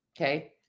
Okay